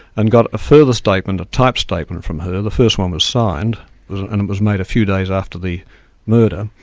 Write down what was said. and got a further statement, a typed statement from her, the first one was signed and it was made a few days after the murder,